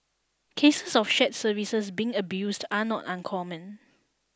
cases of shared services being abused are not uncommon